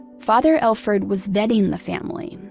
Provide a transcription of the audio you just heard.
father elford was vetting the family.